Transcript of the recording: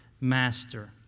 master